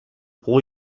pro